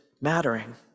mattering